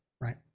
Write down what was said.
right